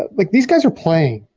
ah like these guys are playing.